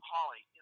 Holly